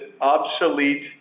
obsolete